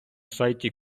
сайті